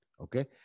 Okay